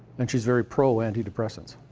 and she's very pro-anti-depressants.